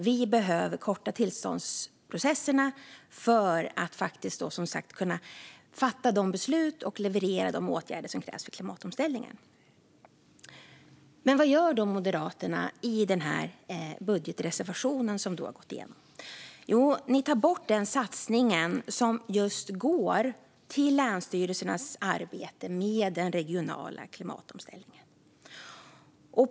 Vi behöver korta tillståndsprocesserna för att kunna fatta de beslut och leverera de åtgärder som krävs för klimatomställningen. Men vad gör då Moderaterna med budgetreservationen? Jo, ni tar bort den satsning som går till länsstyrelsernas arbete med den regionala klimatomställningen.